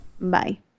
bye